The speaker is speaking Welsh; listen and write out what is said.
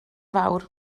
fawr